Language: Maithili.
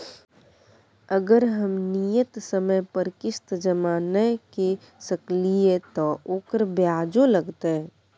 अगर हम नियत समय पर किस्त जमा नय के सकलिए त ओकर ब्याजो लगतै?